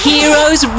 Heroes